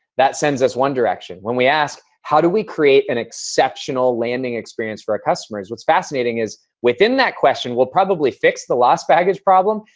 that sends us one direction. when we ask, how do we create an exceptional landing experience for our customers, what's fascinating is, within that question, we'll probably fix the lost baggage problem,